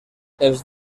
els